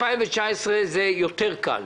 ב-2019 זה יותר קל